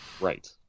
Right